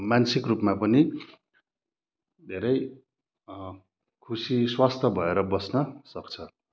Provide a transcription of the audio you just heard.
मानसिक रूपमा पनि धेरै खुसी स्वस्थ भएर बस्न सक्छ